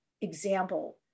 example